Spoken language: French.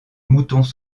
moutons